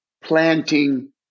planting